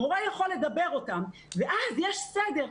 מורה יכול לדבר אותם ואז יש סדר.